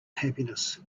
happiness